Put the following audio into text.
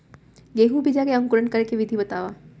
गेहूँ बीजा के अंकुरण करे के विधि बतावव?